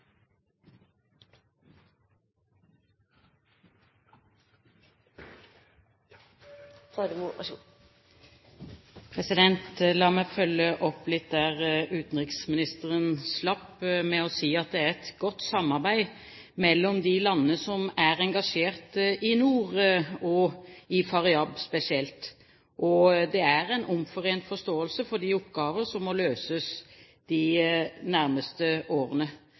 La meg følge opp litt der utenriksministeren slapp, med å si at det er et godt samarbeid mellom de landene som er engasjert i nord, spesielt i Faryab, og det er en omforent forståelse om de oppgaver som må løses de nærmeste årene.